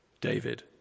David